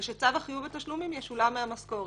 כדי שצו החיוב בתשלומים ישולם מהמשכורת.